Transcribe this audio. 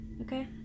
Okay